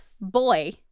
Boy